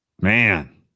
Man